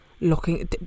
looking